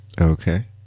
okay